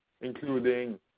including